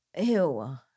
Ew